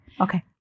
Okay